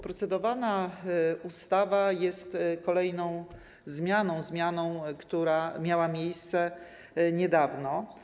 Procedowana ustawa jest kolejną zmianą, która miała miejsce niedawno.